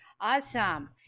Awesome